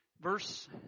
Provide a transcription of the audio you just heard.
Verse